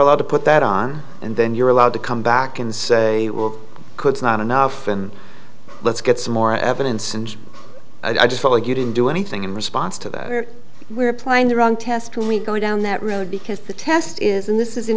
of put that on and then you're allowed to come back and say could not enough and let's get some more evidence and i just felt like you didn't do anything in response to that or we're playing the wrong test when we go down that road because the test is and this is in